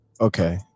Okay